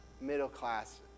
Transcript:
middle-class